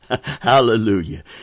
Hallelujah